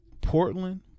Portland